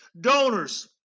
donors